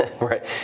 Right